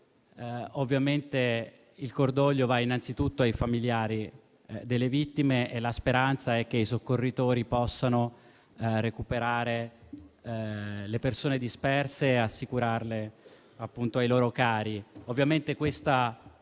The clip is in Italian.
dispersi. Il cordoglio va innanzitutto ai familiari delle vittime e la speranza è che i soccorritori possano recuperare le persone disperse e assicurarle ai loro cari.